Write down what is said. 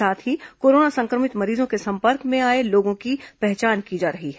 साथ ही कोरोना संक्रमित मरीजों के संपर्क में आए लोगों की पहचान की जा रही है